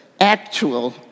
actual